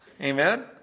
Amen